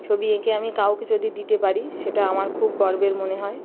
ছবি এঁকে আমি কাউকে যদি দিতে পারি সেটা আমার খুব গর্বের মনে হয়